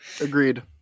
Agreed